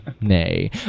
nay